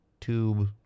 tube